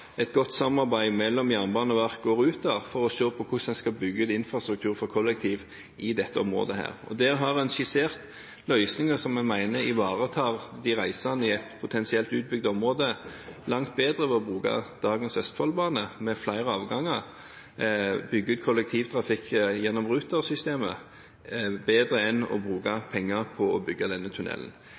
et godt samarbeid mellom Jernbaneverket og Ruter for å se på hvordan en skal bygge ut infrastruktur for kollektiv i dette området. Og der har en skissert løsninger som vi mener ivaretar de reisende i et potensielt utbygd område langt bedre, ved å bruke dagens Østfoldbanen, med flere avganger. Å bygge ut kollektivtrafikk gjennom Ruter-systemet er bedre enn å bruke penger på å bygge denne tunnelen.